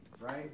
right